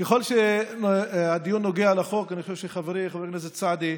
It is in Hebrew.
בכל מה שקשור לחוק אני חושב שחברי חבר הכנסת סעדי,